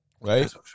right